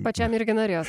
pačiam irgi norėjos